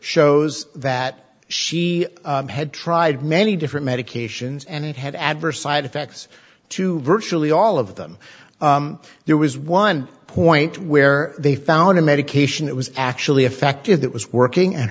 shows that she had tried many different medications and it had adverse side effects to virtually all of them there was one point where they found a medication that was actually effective that was working and